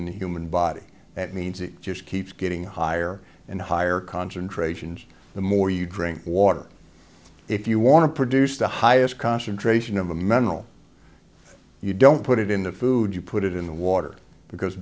in the human body that means it just keeps getting higher and higher concentrations the more you drink water if you want to produce the highest concentration of the mental you don't put it in the food you put it in the water because